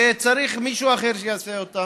וצריך שמישהו אחר יעשה אותם.